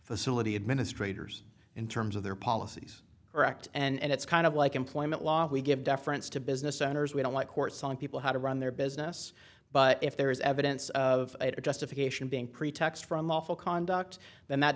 facility administrators in terms of their policies or act and it's kind of like employment law we give deference to business owners we don't like court selling people how to run their business but if there is evidence of a justification being pretext for unlawful conduct then that